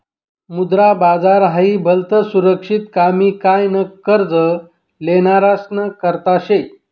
मुद्रा बाजार हाई भलतं सुरक्षित कमी काय न कर्ज लेनारासना करता शे